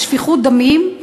לשפיכות דמים,